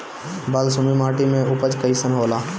बालसुमी माटी मे उपज कईसन होला?